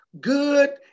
good